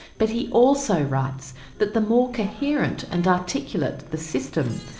but he also writes that the more coherent and articulate the system,